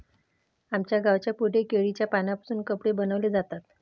आमच्या गावाच्या पुढे केळीच्या पानांपासून कपडे बनवले जातात